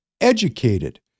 educated